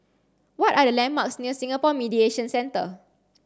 what are the landmarks near Singapore Mediation Centre